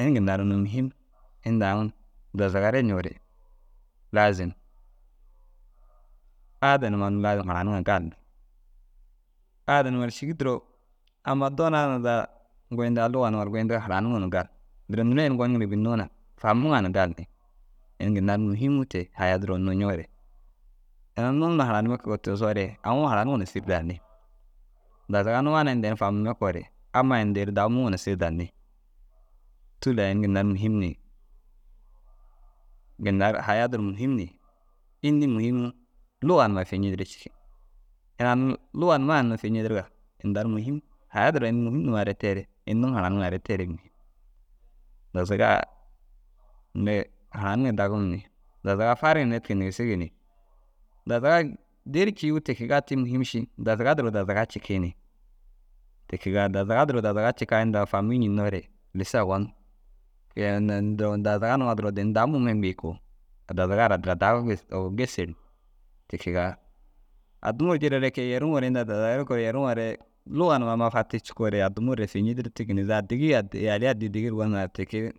ini ginna ru unnu muhim inda aŋ dazagare ncoore laazim aade numa unnu laazim hananiŋa gali. Aada numa ru sîgi duro amma doona ara hundaa goyindigaa luga numa ru goyindigaa haraniŋo nuŋu gali. Duro neere ini goniŋire bênnoo na fahamuŋa na gali ni. Ini ginna ru muhimuu te haya duro unnu ncoore. Ini unnu inda haranimme kege tigisoore aŋuu haraniŋiroo na sîri danni. Dazaga nuwaa na inda ini fahamimme kogoore amma ini dêri muuŋo na sîri danni. Tûlo ai ini ginna ru muhim ni ginna ru haya duro muhim ni. Înni muhim? Luga numa fi ncidirii cii. Ini ai unnu luga numa unnu fi ncidiriga inda ru muhim. Haya duro ini muhimuu aire teere ini nuu hananiŋare teere muhim. Dazaga mire hananiŋo dagum ni dazaga fariire netke ndigisigi ni. Dazaga dêri cii- u te kegaa te muhim ši dazaga duro dazaga cikii ni te kegaa dazaga duro dazaga inda famii ncênoore lissa owon. Ke- i unnu ini duro dazaga duro ini dau muume ni bêi koo. Dazaga ru addira dau gêser. Te kegaa addimuu ru jire ru ai kee yeruŋore inda dazagare kogoore yeruŋore luga numa amma fatii cikoore addimuure fi ncidirtig ni zaga digi addi yalii addii digi ru goniŋire ru ti kee